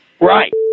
Right